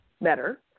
better